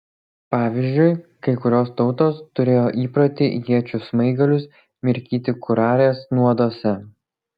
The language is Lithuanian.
pavyzdžiui kai kurios tautos turėjo įprotį iečių smaigalius mirkyti kurarės nuoduose